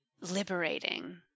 liberating